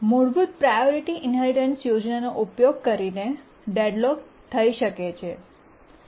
મૂળભૂત priority inheritance યોજનાનો ઉપયોગ કરીને ડેડલોક્સ થઈ શકે છે